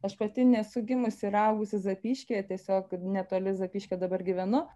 aš pati nesu gimusi ir augusi zapyškyje tiesiog netoli zapyškio dabar gyvenu